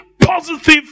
positive